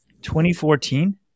2014